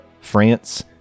France